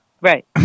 Right